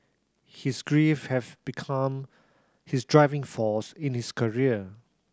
his grief have become his driving force in his career